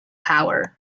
power